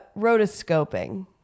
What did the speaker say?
rotoscoping